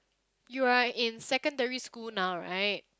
you are in secondary school now right